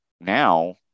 now